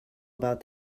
about